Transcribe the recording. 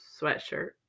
sweatshirt